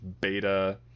beta